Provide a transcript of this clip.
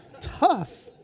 tough